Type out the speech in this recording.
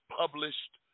published